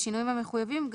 בשינויים המחויבים,